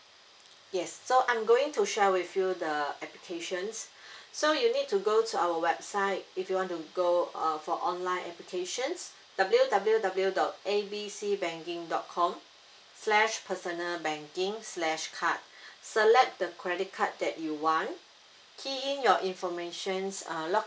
yes so I'm going to share with you the applications so you need to go to our website if you want to go uh for online applications W_W_W dot A B C banking dot com slash personal banking slash card select the credit card that you want key in your informations uh log